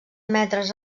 metres